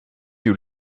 you